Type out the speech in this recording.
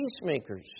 peacemakers